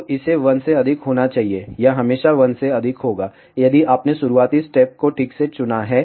तो इसे 1 से अधिक होना चाहिए यह हमेशा 1 से अधिक होगा यदि आपने शुरुआती स्टेप्स को ठीक से चुना है